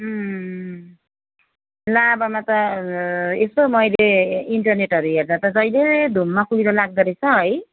लाभामा त यसो मैले इन्टरनेटहरू हेर्दा त जहिले धुम्म कुहिरो लाग्दोरहेछ है